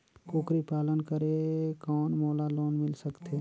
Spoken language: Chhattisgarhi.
कूकरी पालन करे कौन मोला लोन मिल सकथे?